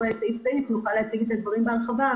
סעיף-סעיף נוכל להציג את הדברים בהרחבה.